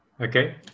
Okay